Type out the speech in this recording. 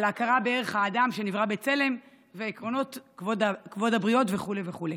על ההכרה בערך האדם שנברא בצלם ועל עקרון כבוד הבריות" וכו' וכו'.